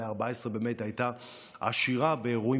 המאה ה-14 באמת הייתה עשירה באירועים